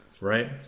right